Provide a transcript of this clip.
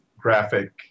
graphic